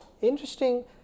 interesting